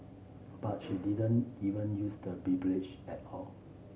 but she didn't even use the at all